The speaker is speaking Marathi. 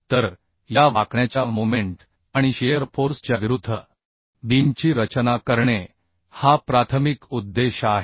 तर या बेन्डीगच्या मोमेंट आणि शिअर फोर्स च्या विरुद्ध बीमची रचना करणे हा प्राथमिक उद्देश आहे